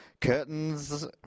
Curtains